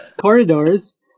corridors